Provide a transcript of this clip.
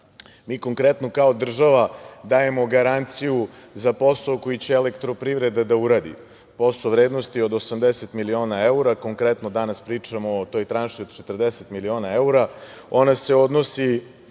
radi. Konkretno, mi kao država dajemo garanciju za posao koji će elektroprivreda da uradi, posao vrednosti od 80 miliona evra. Konkretno, danas pričamo o toj tranši od 40 miliona evra. Ona se odnosi